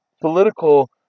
political